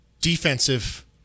defensive